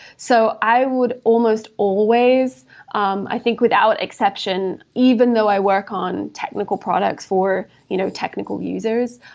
so i would almost always um i think without exception, even though i work on technical products for you know technical users.